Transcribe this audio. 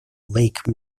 lake